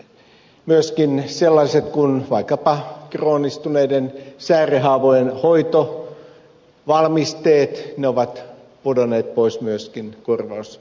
myöskin sellaiset tuotteet kuin vaikkapa kroonistuneiden säärihaavojen hoitovalmisteet ovat pudonneet pois korvauskentästä